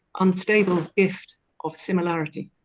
unstable gift of similarity.